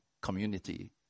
community